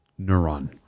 Neuron